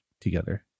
together